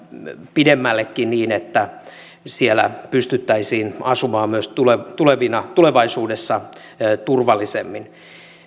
pidemmällekin niin että siellä pystyttäisiin asumaan myös tulevaisuudessa turvallisemmin